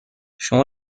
شما